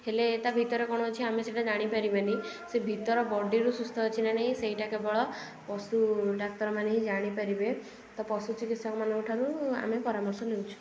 ହେଲେ ତା ଭିତରେ କ'ଣ ଅଛି ଆମେ ସେଇଟା ଜାଣିପାରିବାନି ସେ ଭିତର ବଡ଼ିରୁ ସୁସ୍ଥ ଅଛି କି ନାଇଁ ସେଇଟା କେବଳ ପଶୁ ଡାକ୍ତରମାନେ ହିଁ ଜାଣିପାରିବେ ତ ପଶୁ ଚିକିତ୍ସକ ମାନଙ୍କଠାରୁ ଆମେ ପରାମର୍ଶ ନେଉଛୁ